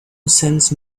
sense